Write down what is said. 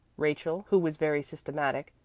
rachel, who was very systematic,